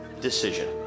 decision